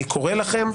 אני קורא לכם,